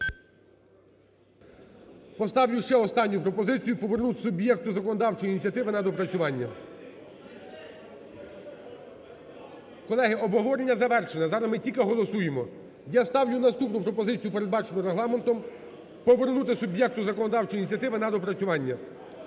Поставлю ще останню пропозицію повернути суб'єкту законодавчої ініціативи на доопрацювання. Колеги, обговорення завершене, зараз ми тільки голосуємо. Я ставлю наступну пропозицію, передбачену Регламентом, повернути суб'єкту законодавчої ініціативи на доопрацювання.